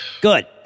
Good